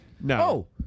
no